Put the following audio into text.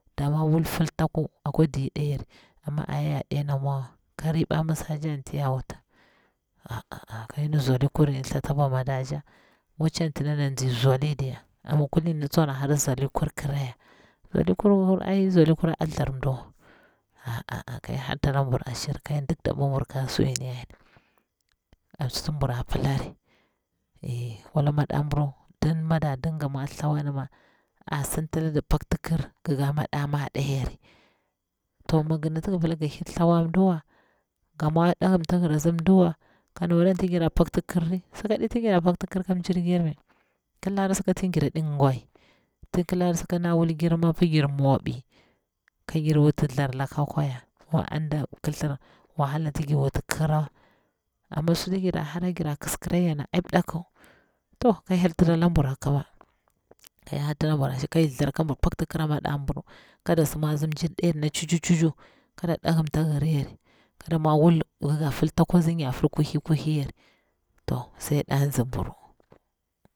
Da mwa ra wul fil taku akwa ɗiɗa yare, amma a yaru ya dɛna mwa wa, ka riba mi swa tcha antiya wu ta, a a ka yin zolikur ngini thata mari, kuci ngina nzi zoh diya, amma kulini tsu ɗana hora zoli kur kira ya, zoli kur ai zoli kure tharre mdi wa a a ka hyel harta labur ashir, ka hyel dik dabwabur ka sunngini yoni, an suti bura pilari, ey wala mada buru dan ma da dinga mwa tha wari ma e sinta lada pekti kir kiga madama da yore, to mi gira ti gi pila ga hir thewa mdiwa ga da hirim ta hir a tsi mdiwa ka nawari enti gira pakti kir ri sakaɗi ti gira pakti kir ke mjir girbi, kilara saka tin gira ɗi gwiyi, tin kilara saka ma nɗa wulgir apa gir su mwabi ka gir wuti thu laka kwaya banda kithir wahala ti gir wuti kirawa, amma suti gira hara gira kisvira yana ai mdaku, to ka hyel tira labur a kima, ka hyel herta labur ashir, ka hyel tharra ka bur pokti kira madan buru kada si mwa tsi mjir do yur na tchi tchi kada mwa wul ngi ke fil taku taku yare a nyafur kuthli kuthli yari, to sai dazi buru